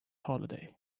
holiday